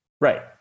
Right